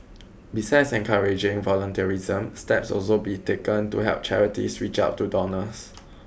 besides encouraging volunteerism steps walso be taken to help charities reach out to donors